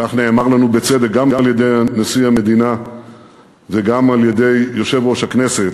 כך נאמר לנו בצדק גם על-ידי נשיא המדינה וגם על-ידי יושב ראש הכנסת,